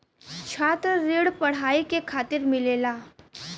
छात्र ऋण पढ़ाई के खातिर मिलेला